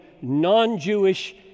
non-Jewish